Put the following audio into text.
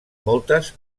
moltes